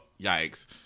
Yikes